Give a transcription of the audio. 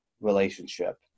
relationship